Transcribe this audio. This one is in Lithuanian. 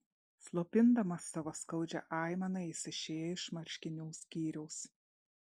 slopindamas savo skaudžią aimaną jis išėjo iš marškinių skyriaus